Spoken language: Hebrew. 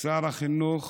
שר החינוך